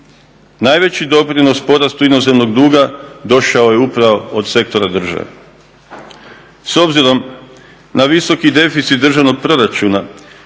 Najveći doprinos porastu inozemnog duga došao je upravo od sektora države. S obzirom na visoki deficit državnog proračuna,